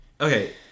okay